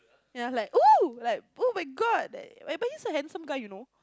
yeah I'm like oh like oh-my-God but he's a handsome guy you know